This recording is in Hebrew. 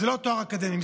זה לא תואר אקדמי.